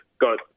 got